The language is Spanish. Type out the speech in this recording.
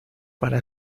para